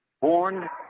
Born